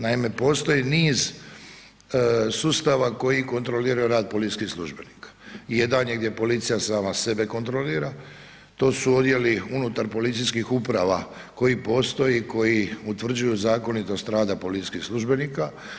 Naime, postoji niz sustava koji kontroliraju rad policijskih službenika i jedan je gdje policija sama sebe kontrolira, to su odjeli unutar policijskih uprava koji postoji, koji utvrđuju zakonitost rada policijskih službenika.